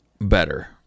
better